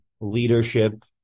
leadership